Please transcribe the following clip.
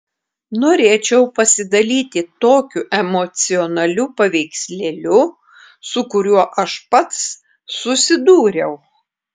norėčiau pasidalyti tokiu emocionaliu paveikslėliu su kuriuo aš pats susidūriau